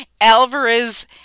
alvarez